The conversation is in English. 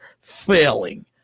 failing